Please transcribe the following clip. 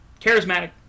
Charismatic